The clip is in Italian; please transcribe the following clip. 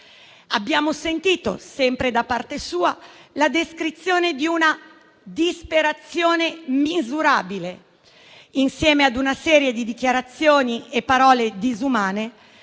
Abbiamo sentito - sempre da parte sua - la descrizione di una disperazione misurabile, insieme a una serie di dichiarazioni e parole disumane